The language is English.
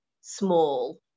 small